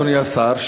אדוני השר,